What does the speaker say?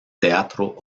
teatro